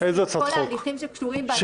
כל ההליכים שקשורים --- איזה הצעות חוק,